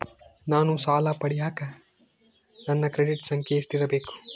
ನಾನು ಸಾಲ ಪಡಿಯಕ ನನ್ನ ಕ್ರೆಡಿಟ್ ಸಂಖ್ಯೆ ಎಷ್ಟಿರಬೇಕು?